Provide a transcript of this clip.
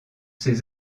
ses